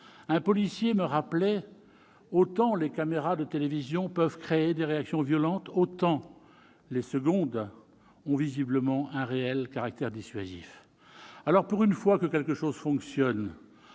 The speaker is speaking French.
Un policier me rappelait que, si les caméras de télévision peuvent créer des réactions violentes, les caméras mobiles ont visiblement un réel caractère dissuasif. Alors, pour une fois que quelque chose fonctionne,